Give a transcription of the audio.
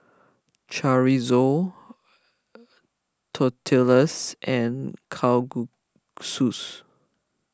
Chorizo Tortillas and Kalguksus